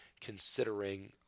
considering